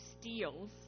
steals